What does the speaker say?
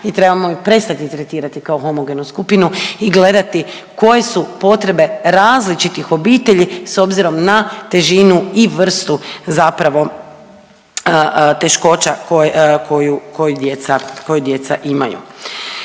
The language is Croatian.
i trebamo ih prestati tretirati kao homogenu skupinu i gledati koje su potrebe različitih obitelji s obzirom na težinu i vrstu zapravo teškoća koju djeca imaju.